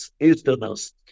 Easterners